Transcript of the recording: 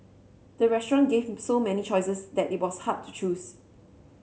the restaurant gave so many choices that it was hard to choose